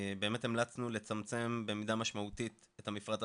באמת המלצנו לצמצם במידה משמעותית את המפרט הבסיסי.